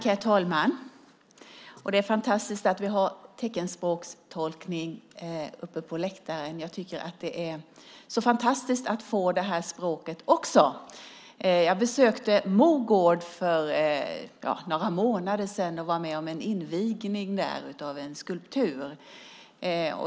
Herr talman! Det är fantastiskt att vi har teckenspråkstolkning uppe på läktaren. Det är så fantastiskt att få det språket också. Jag besökte Mo Gård för några månader sedan och var med om en invigning av en skulptur.